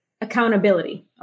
accountability